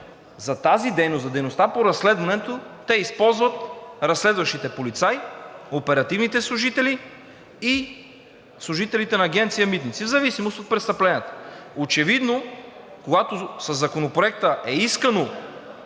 за дейността по разследването, те използват разследващите полицаи, оперативните служители и служителите на Агенция „Митници“ в зависимост от престъпленията. Очевидно, когато със Законопроекта е искано